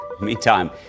Meantime